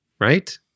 right